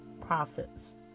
prophets